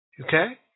Okay